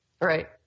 right